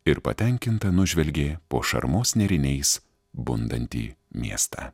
ir patenkinta nužvelgė po šarmos nėriniais bundantį miestą